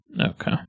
Okay